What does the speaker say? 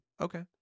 Okay